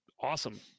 awesome